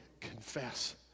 confess